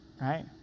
right